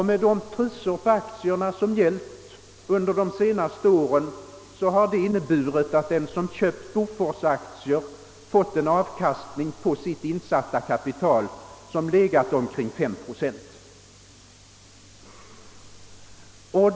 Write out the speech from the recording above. Med de priser på aktierna som gällt under de senaste åren har den som köpt Boforsaktier fått en avkastning på sitt insatta kapital med omkring 5 procent.